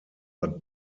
but